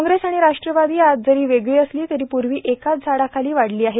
काँग्रेस आणि राष्ट्रवादी आज जरी वेगळी असली तरी पूर्वी एकाच झाडाखाडी वाढलेली आहे